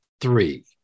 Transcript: three